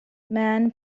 man